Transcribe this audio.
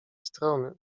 strony